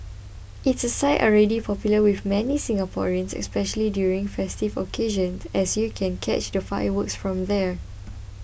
it's a site already popular with many Singaporeans especially during festive occasions as you can catch the fireworks from there